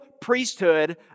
priesthood